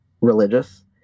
religious